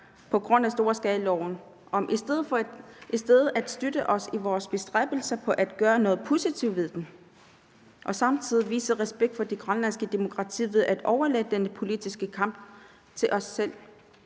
på grund af storskalaloven, om i stedet at støtte os i vores bestræbelser på at gøre noget positivt med den – og samtidig vise respekt for det grønlandske demokrati ved at overlade den politiske kamp til os selv.